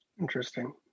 Interesting